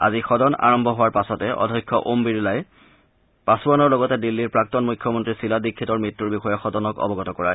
আজি সদন আৰম্ভ হোৱাৰ পাছতে অধ্যক্ষ ওম বিৰলাই পাছোৱানৰ লগতে দিন্নীৰ প্ৰাক্তন মুখ্যমন্তী শীলা দীক্ষিতৰ মৃত্যৰ বিষয়ে সদনক অৱগত কৰায়